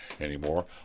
anymore